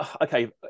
okay